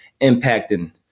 impacting